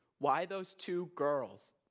why those two girls?